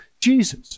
Jesus